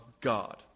God